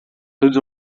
tots